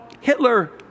Hitler